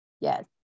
Yes